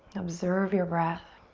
observe your breath.